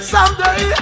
Someday